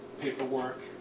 paperwork